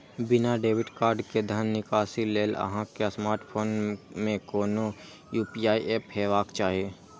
बिना debit card के धन निकासी लेल अहां के स्मार्टफोन मे कोनो यू.पी.आई एप हेबाक चाही